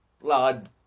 blood